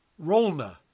Rolna